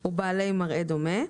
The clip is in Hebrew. ,X-95 ובעלי מראה דומה,